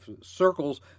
circles